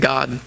God